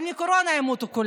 אבל מקורונה כולם ימותו.